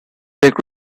take